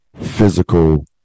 physical